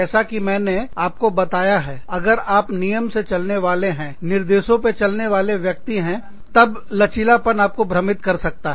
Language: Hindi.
जैसा कि मैंने आपको बताया है अगर आप नियम से चलने वाले हैं निर्देशों पर चलने वाले व्यक्ति हैं तब लचीलापन आपको भ्रमित कर सकता है